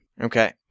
Okay